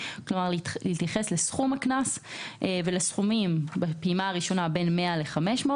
כלומר להתייחס לסכום הקנס ולסכומים בפעימה הראשונה בין 100 ל-500,